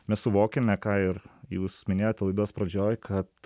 mes suvokiame ką ir jūs minėjote laidos pradžioj kad